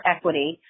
Equity